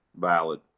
valid